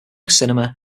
cinema